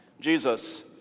Jesus